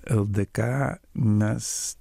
ldk mes